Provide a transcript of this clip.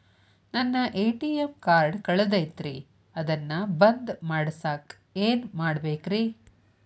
ನನ್ನ ATM card ಕಳದೈತ್ರಿ ಅದನ್ನ ಬಂದ್ ಮಾಡಸಾಕ್ ಏನ್ ಮಾಡ್ಬೇಕ್ರಿ?